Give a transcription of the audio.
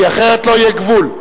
כי אחרת לא יהיה גבול.